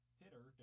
hitter